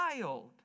child